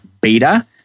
beta